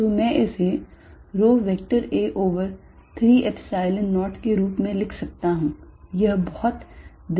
तो मैं इसे rho vector a over 3 Epsilon 0 के रूप में लिख सकता हूं यह बहुत दिलचस्प परिणाम है